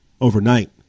overnight